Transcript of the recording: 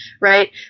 right